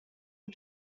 are